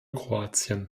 kroatien